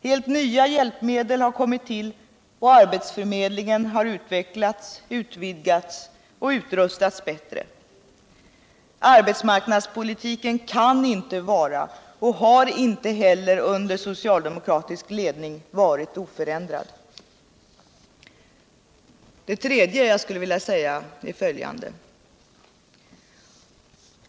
Helt nya hjälpmedel har kommit till och arbetsförmedlingen har utvecklats, utvidgats och utrustats bättre. Arbetsmarknadspolitiken kan inte vara — och har inte heller under socialdemokratisk ledning varit — oförändrad. Det tredje jag skulle vilja säga är följande.